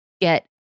get